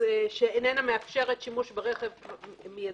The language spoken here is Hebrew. שאינה מאפשרת שימוש ברכב מיידית,